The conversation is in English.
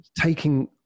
taking